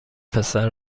پسر